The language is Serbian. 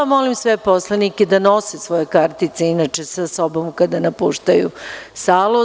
Molim sve poslanike da nose svoje kartice sa sobom kada napuštaju salu.